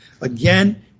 Again